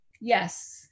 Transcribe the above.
Yes